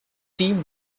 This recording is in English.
team